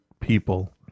people